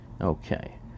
Okay